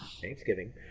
thanksgiving